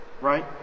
right